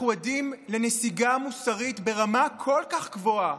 אנחנו עדים לנסיגה מוסרית ברמה כל-כך גבוהה.